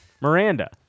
Miranda